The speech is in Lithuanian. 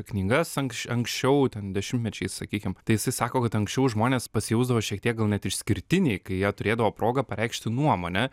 knygas anksč anksčiau ten dešimtmečiais sakykim tai jisai sako kad anksčiau žmonės pasijausdavo šiek tiek gal net išskirtiniai kai jie turėdavo progą pareikšti nuomonę